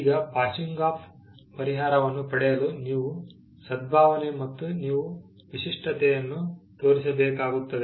ಈಗ passing off ಪರಿಹಾರವನ್ನು ಪಡೆಯಲು ನೀವು ಸದ್ಭಾವನೆ ಮತ್ತು ನೀವು ವಿಶಿಷ್ಟತೆಯನ್ನು ತೋರಿಸಬೇಕಾಗುತ್ತದೆ